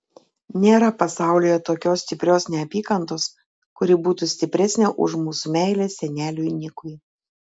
nėra pasaulyje tokios stiprios neapykantos kuri būtų stipresnė už mūsų meilę seneliui nikui